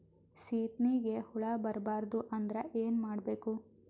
ಸೀತ್ನಿಗೆ ಹುಳ ಬರ್ಬಾರ್ದು ಅಂದ್ರ ಏನ್ ಮಾಡಬೇಕು?